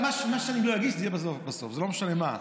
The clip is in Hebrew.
מה שאני לא אגיש זה יהיה בסוף, לא משנה מה.